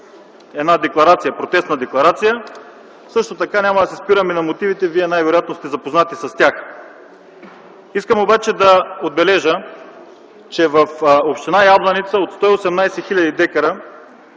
една протестна декларация. Също така няма да се спирам на мотивите – Вие най-вероятно сте запознат с тях. Искам обаче да отбележа, че в община Ябланица от 118 хил. дка